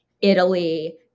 Italy